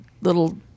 little